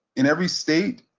in every state,